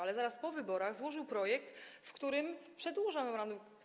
Ale zaraz po wyborach złożył projekt, w którym przedłuża moratorium.